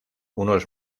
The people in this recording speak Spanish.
unos